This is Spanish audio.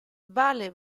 vale